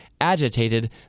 agitated